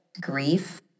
grief